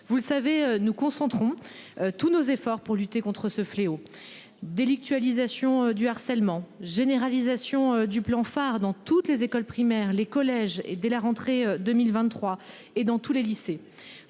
Vous le savez nous concentrons tous nos efforts pour lutter contre ce fléau délictuel nisation du harcèlement généralisation du plan Farr dans toutes les écoles primaires, les collèges et dès la rentrée 2023 et dans tous les lycées,